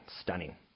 Stunning